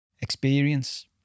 Experience